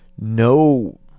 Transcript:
no